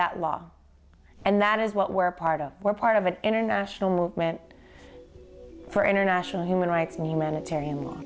that law and that is what we're part of we're part of an international movement for international human rights and humanitarian